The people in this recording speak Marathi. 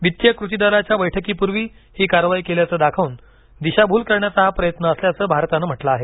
वित्तीय कृती दलाच्या बैठकीपूर्वी ही कारवाई केल्याचं दाखवून दिशाभूल करण्याचा हा प्रयत्न असल्याचं भारतानं म्हटलं आहे